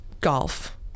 golf